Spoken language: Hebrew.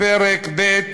פרק ב'